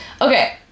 Okay